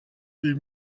des